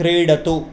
क्रीडतु